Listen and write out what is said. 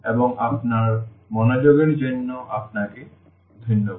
এবং আপনার মনোযোগের জন্য আপনাকে ধন্যবাদ